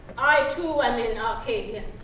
i too am in arcadia.